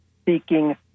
speaking